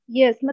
Yes